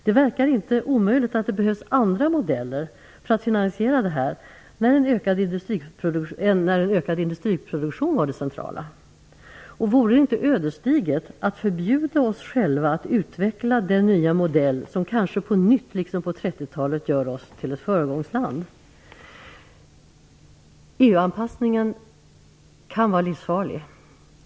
Det verkar inte otroligt att det behövs andra modeller för att finansiera detta än då ökad industriproduktion var det centrala. Vore det inte ödesdigert att förbjuda oss själva att utveckla den nya modell som kanske på nytt, liksom på 30-talet, gör oss till ett föregångsland? EU-anpassningen kan vara livsfarlig.